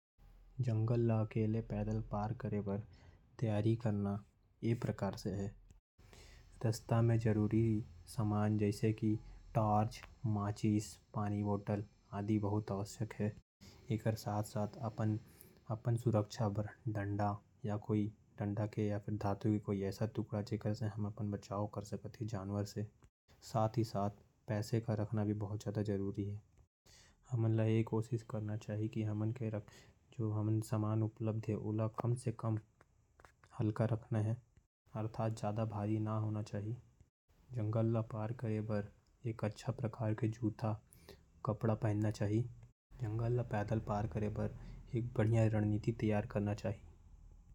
जंगल ल पैदल पार करे बर। कुछ कुछ आवश्यक सामग्री लगेल जैसे कि टॉर्च पानी बोतल। या डंडा जेकर से हमन अपन सुरक्षा कर सकत ही जंगली जानवर से। और अच्छा से जूता और कपड़ा पहनना चाही समान ल। अच्छा से रखना चाही और भारी समान नहीं रखना चाही। जूता भी अच्छा क्वालिटी के पहनना चाही।